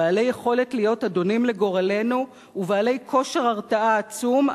בעלי יכולת להיות אדונים לגורלנו ובעלי כושר הרתעה עצום,